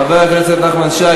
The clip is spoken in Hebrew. חבר הכנסת נחמן שי,